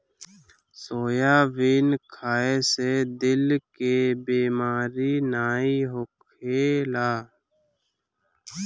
soybean खाए से दिल के बेमारी नाइ होखेला